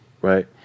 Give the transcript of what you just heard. right